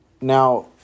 Now